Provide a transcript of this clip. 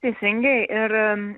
teisingai ir